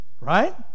Right